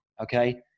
Okay